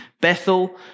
Bethel